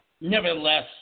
nevertheless